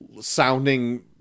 Sounding